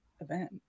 event